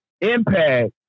Impact